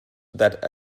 that